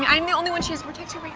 um i'm the only one she has protecting